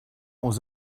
aux